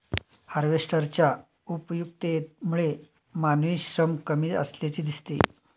हार्वेस्टरच्या उपयुक्ततेमुळे मानवी श्रम कमी असल्याचे दिसते